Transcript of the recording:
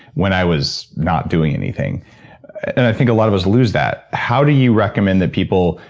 when i was not doing anything and i think a lot of us lose that. how do you recommend that people,